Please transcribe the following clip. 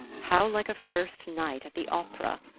how like a first night at the opera!